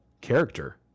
character